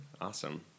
awesome